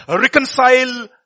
reconcile